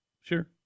Sure